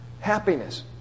Happiness